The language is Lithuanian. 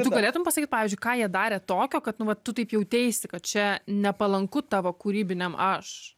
o tu galėtum pasakyt pavyzdžiui ką jie darė tokio kad va tu taip jauteisi kad čia nepalanku tavo kūrybiniam aš